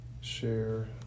share